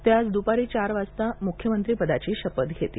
ते आज दुपारी चार वाजता मुख्यमंत्रीपदाची शपथ घेतील